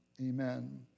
amen